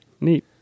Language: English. Neat